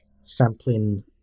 sampling